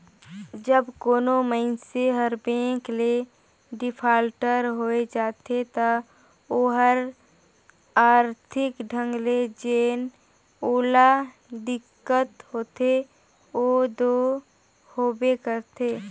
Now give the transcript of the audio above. जब कोनो मइनसे हर बेंक ले डिफाल्टर होए जाथे ता ओहर आरथिक ढंग ले जेन ओला दिक्कत होथे ओ दो होबे करथे